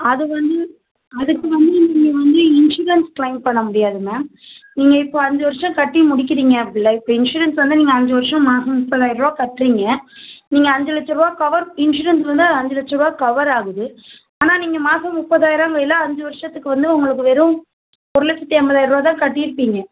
அது வந்து அதுக்கு வந்து இங்கே நீங்கள் வந்து இன்சூரன்ஸ் க்ளைம் பண்ண முடியாது மேம் நீங்கள் இப்போ அஞ்சு வருஷம் கட்டி முடிக்கிறீங்க அப்படி லைஃப் இப்போ இன்சூரன்ஸ் வந்து நீங்கள் அஞ்சு வருஷம் மாதம் முப்பதாயிரரூவா கட்டுறீங்க நீங்கள் அஞ்சு லட்சரூவா கவர் இன்சூரன்ஸ் இருந்தால் அஞ்சு லட்சரூவா கவர் ஆகுது ஆனால் நீங்கள் மாதம் முப்பதாயிரம்ங்கையில் அஞ்சு வருஷத்துக்கு வந்து உங்களுக்கு வெறும் ஒரு லட்சத்து ஐம்பதாயிரருவா தான் கட்டி இருப்பீங்க